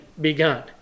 begun